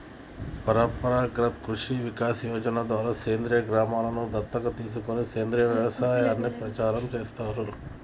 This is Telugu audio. పరంపరాగత్ కృషి వికాస్ యోజన ద్వారా సేంద్రీయ గ్రామలను దత్తత తీసుకొని సేంద్రీయ వ్యవసాయాన్ని ప్రచారం చేస్తారు